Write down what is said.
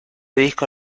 disco